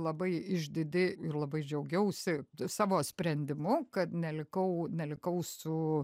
labai išdidi ir labai džiaugiausi savo sprendimu kad nelikau nelikau su